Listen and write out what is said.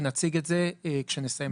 ונציג את זה כשנסיים את העבודה.